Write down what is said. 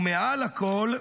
ומעל הכול,